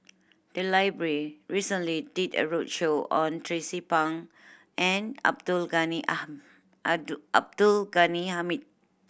the library recently did a roadshow on Tracie Pang and Abdul Ghani Abdul Ghani Hamid